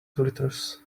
glitters